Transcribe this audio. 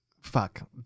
fuck